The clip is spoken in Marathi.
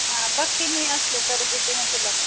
हं बघते मी असलं तर देते ना तुला पण